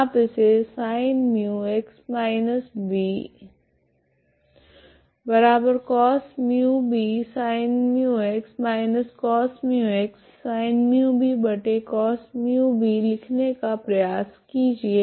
आप इसे लिखने का प्रयास कीजिए